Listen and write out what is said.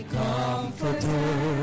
comforter